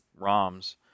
ROMs